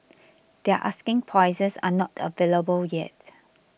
their asking prices are not available yet